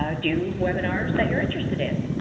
do webinars that you're interested in.